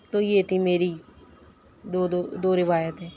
تو یہ تھی میری دو دو دو روایتیں